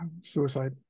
Suicide